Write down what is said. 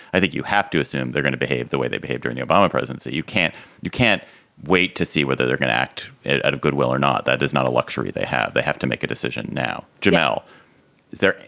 i think you have to assume they're going to behave the way they behaved in the obama presidency. you can't you can't wait to see whether they're going to act out of goodwill or not. that is not a luxury they have. they have to make a decision now. jamal, is there.